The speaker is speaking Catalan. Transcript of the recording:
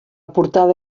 portada